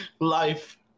Life